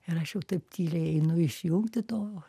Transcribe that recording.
ir aš jau taip tyliai einu išjungti to